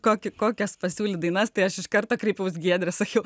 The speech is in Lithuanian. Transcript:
kokį kokias pasiūlė dainas tai aš iš karto kreipiausi giedrę sakiau